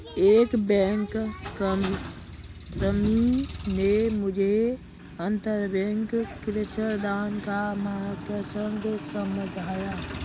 एक बैंककर्मी ने मुझे अंतरबैंक ऋणदान का मकसद समझाया